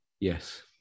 Yes